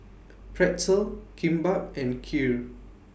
Pretzel Kimbap and Kheer